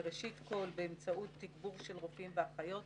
וראשית כל באמצעות תגבור של רופאי ואחיות,